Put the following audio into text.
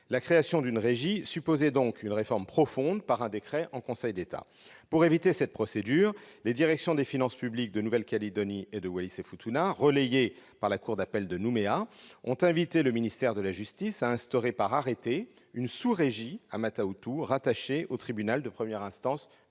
La création d'une régie supposait donc une réforme profonde par un décret en Conseil d'État. Pour éviter cette procédure, les directions des finances publiques de Nouvelle-Calédonie et de Wallis-et-Futuna, relayées par la cour d'appel de Nouméa, ont invité le ministère de la justice à instaurer, par arrêté, une sous-régie à Mata Utu, rattachée au tribunal de première instance